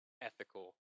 ethical